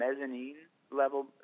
mezzanine-level